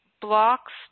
blocks